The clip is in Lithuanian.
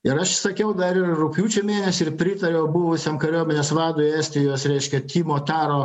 ir aš sakiau dar ir rugpjūčio mėnesį ir pritariau buvusiam kariuomenės vadui estijos reiškia timo taro